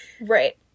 Right